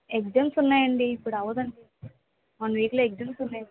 exams ఉన్నాయండి ఇప్పుడు అవ్వదు వన్ వీక్లో ఎగ్జామ్స్ ఉన్నాయి